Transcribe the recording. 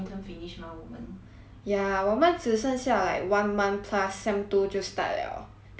ya 我们只剩下 like one month plus sem two 就 start liao that's like the last sem eh